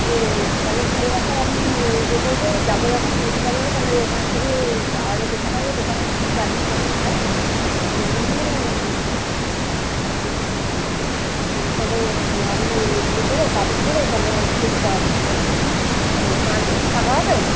ইয়ে তাহলে চুলের একটা আপনি ওই ইয়ে করবো যাবো যখন বিউটি পার্লারে তাহলে ওখান থেকে আরও দেখে নেবো দোকানে কী কী কাটিং ফাটিং হয় জেনে নিয়ে আমি তাহলে ও মানে আমি ওই ইয়ে করে কাটিং করে তালে স্ট্রেট করাবো চুলটাকে তো কালকে কি ফাঁকা হবে